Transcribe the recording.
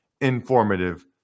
informative